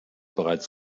bereits